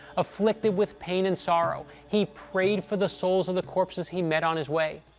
afflicted with pain and sorrow, he prayed for the souls of the corpses he met on his way.